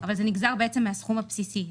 אבל זה בעצם מהסכום הבסיסי.